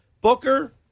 Booker